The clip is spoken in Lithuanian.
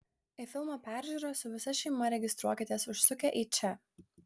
į filmo peržiūrą su visa šeima registruokitės užsukę į čia